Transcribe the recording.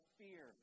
fear